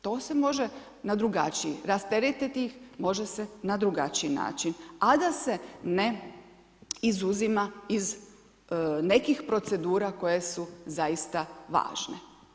To se može na drugačiji rasteretiti ih može se na drugačiji način, a da se ne izuzima iz nekih procedura koje su zaista važne.